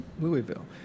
Louisville